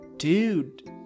dude